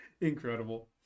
Incredible